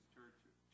churches